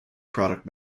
product